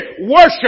worship